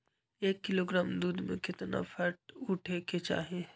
एक किलोग्राम दूध में केतना फैट उठे के चाही?